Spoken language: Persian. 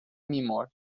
میمرد